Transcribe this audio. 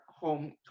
home